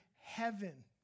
heaven